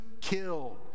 killed